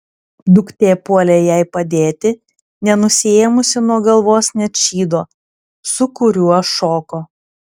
duktė puolė jai padėti nenusiėmusi nuo galvos net šydo su kuriuo šoko